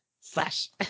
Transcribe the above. Slash